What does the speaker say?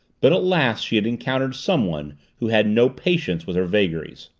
but at last she had encountered someone who had no patience with her vagaries.